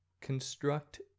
construct